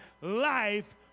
life